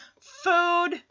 food